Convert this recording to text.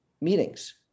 meetings